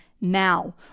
now